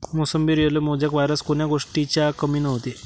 मोसंबीवर yellow mosaic virus कोन्या गोष्टीच्या कमीनं होते?